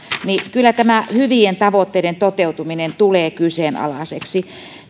kyllä tämä hyvien tavoitteiden toteutuminen tulee kyseenalaiseksi